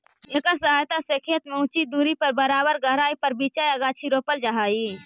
एकर सहायता से खेत में उचित दूरी और बराबर गहराई पर बीचा या गाछी रोपल जा हई